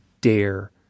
dare